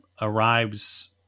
arrives